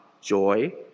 joy